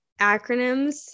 acronyms